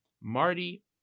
Marty